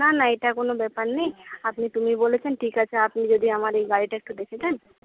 না না এটা কোনও ব্যাপার নেই আপনি তুমি বলেছেন ঠিক আছে আপনি যদি আমার এই গাড়িটা একটু দেখে দেন